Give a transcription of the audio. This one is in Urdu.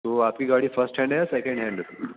تو وہ آپ کی گاڑی فسٹ ہینڈ ہے یا سیکنڈ ہینڈ ہے